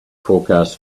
forecast